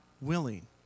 willing